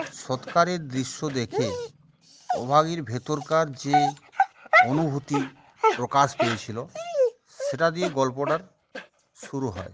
সৎকারের দৃশ্য দেখে অভাগীর ভেতরকার যে অনুভূতি প্রকাশ পেয়েছিল সেটা দিয়ে গল্পটার শুরু হয়